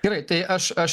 gerai tai aš aš